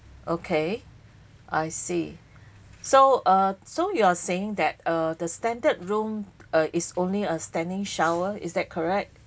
okay I see so uh so you are saying that uh the standard room uh is only a standing shower is that correct